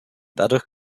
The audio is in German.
dadurch